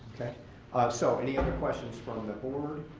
so, any other questions from the board?